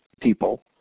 people